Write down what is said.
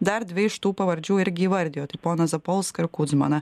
dar dvi iš tų pavardžių irgi įvardijo tai ponas zapolską ir kudzmaną